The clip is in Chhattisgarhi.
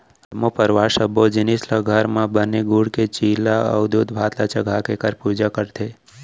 जम्मो परवार सब्बो जिनिस ल घर म बने गूड़ के चीला अउ दूधभात ल चघाके एखर पूजा करथे